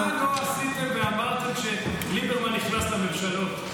מה לא עשיתם ואמרתם כשליברמן נכנס לממשלות?